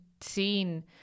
seen